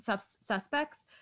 suspects